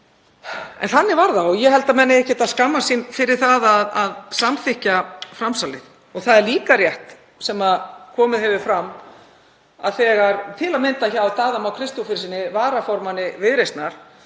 En þannig var það og ég held að menn eigi ekkert að skammast sín fyrir það að samþykkja framsalið. Það er líka rétt sem komið hefur fram til að mynda hjá Daða Má Kristóferssyni, varaformanni Viðreisnar,